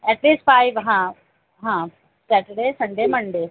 at least five हां हां Saturday Sunday Monday